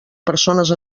persones